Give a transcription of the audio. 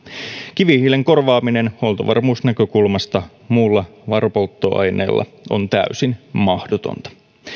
kivihiilen korvaaminen huoltovarmuusnäkökulmasta muulla varapolttoaineella on täysin mahdotonta